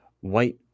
white